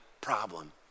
problem